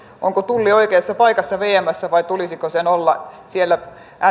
onko tulli oikeassa paikassa vmssä vai tulisiko sen olla siellä